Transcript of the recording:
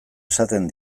esaten